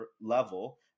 level